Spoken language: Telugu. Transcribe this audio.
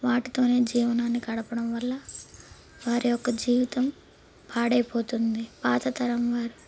వాటితోనే జీవనాన్ని గడపడం వల్ల వారి యొక్క జీవితం పాడైపోతుంది పాతతరం వారు